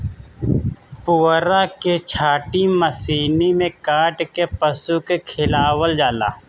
पुअरा के छाटी मशीनी में काट के पशु के खियावल जाला